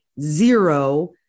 zero